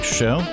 show